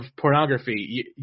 pornography